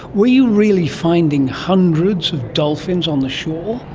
were you really finding hundreds of dolphins on the shore?